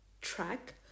track